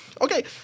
Okay